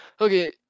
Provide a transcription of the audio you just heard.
Okay